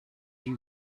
you